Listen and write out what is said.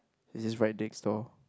it's just write dicks loh